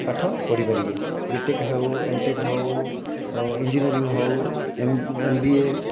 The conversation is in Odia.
ପାଠ ପପଢ଼ିପାରିବେ ବିଟେକ୍ ହେଉ ଏମଟେକ୍ ହେଉ ଇଞ୍ଜିନିୟରିଂ ହେଉ ଏମବିଏ